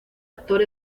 actor